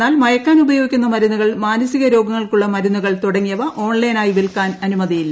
എന്നാൽ മയക്കാൻ ഉപയോഗിക്കുന്ന മരൂന്നുകൾ മാനസിക രോഗങ്ങൾക്കുള്ള മരുന്നുകൾ തുടങ്ങിയ്പ ഓൺലൈനായി വിൽക്കാൻ അനുമതിയില്ല